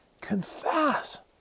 confess